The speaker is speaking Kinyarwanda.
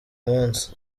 munsi